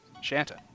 Shanta